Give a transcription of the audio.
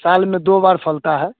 साल में दो बार फलता है